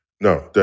No